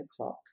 o'clock